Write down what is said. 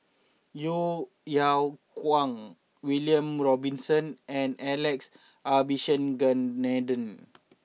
Yeo Yeow Kwang William Robinson and Alex Abisheganaden